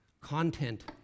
content